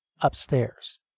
upstairs